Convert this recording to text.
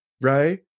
right